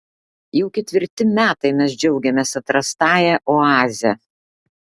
jau ketvirti metai mes džiaugiamės atrastąja oaze